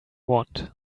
want